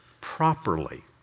properly